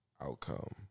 outcome